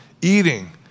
eating